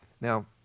Now